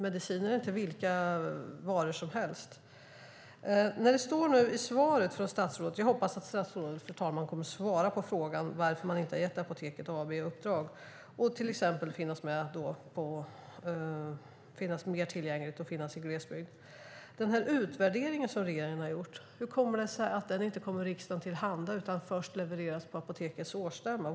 Mediciner är inte vilka varor som helst. Jag hoppas, fru talman, att statsrådet kommer att svara på frågan varför man inte har gett Apoteket AB i uppdrag att finnas mer tillgängligt och finnas i glesbygd. Hur kommer det sig att den utvärdering som regeringen har gjort inte kommer riksdagen till handa utan först levereras på Apotekets årsstämma?